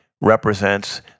represents